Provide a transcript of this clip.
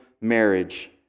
marriage